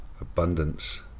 abundance